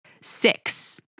six